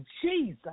Jesus